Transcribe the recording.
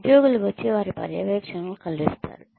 ఉద్యోగులు వచ్చి వారి పర్యవేక్షకులను కలుస్తారు